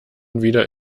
wieder